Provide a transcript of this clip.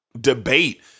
debate